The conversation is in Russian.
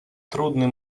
трудный